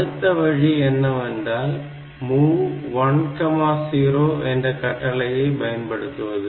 அடுத்த வழி என்னவென்றால் MOV 10 என்ற கட்டளையை பயன்படுத்துவது